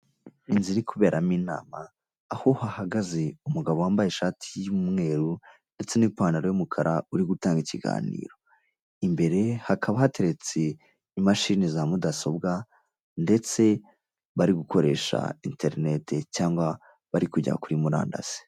Inzu iri kuberamo inama aho hahagaze umugabo wambaye ishati y'umweru ndetse n'ipantaro y'umukara uri gutanga ikiganiro. Imbere ye hakaba hateretse imashini za mudasobwa ndetse bari gukoresha interineti cyangwa bari kujya kuri murandasi.